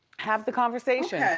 have the conversation, yeah